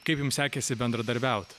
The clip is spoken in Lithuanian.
kaip jums sekėsi bendradarbiaut